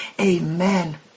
Amen